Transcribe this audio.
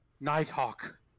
Nighthawk